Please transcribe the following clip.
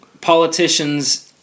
politicians